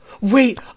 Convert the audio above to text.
Wait